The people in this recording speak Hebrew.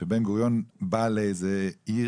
שבן גוריון בא לאיזה עיר,